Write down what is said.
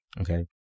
Okay